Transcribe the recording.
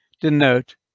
denote